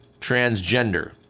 transgender